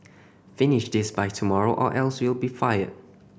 finish this by tomorrow or else you'll be fired